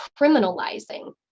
criminalizing